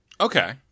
Okay